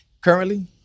Currently